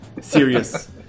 serious